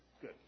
Good